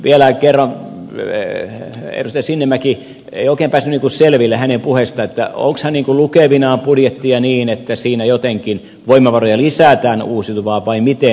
vielä kerran edustaja sinnemäki en oikein päässyt selville hänen puheestaan että onko hän niin kuin lukevinaan budjettia niin että siinä jotenkin voimavaroja lisätään uusiutuvaan vai miten